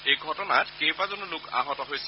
এই ঘটনাত কেইবাজনো লোক আহত হৈছিল